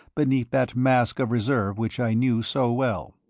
beneath that mask of reserve which i knew so well,